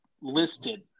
listed